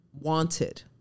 wanted